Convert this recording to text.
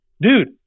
dude